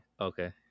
Okay